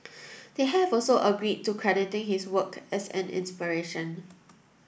they have also agreed to crediting his work as an inspiration